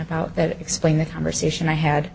about that explain the conversation i had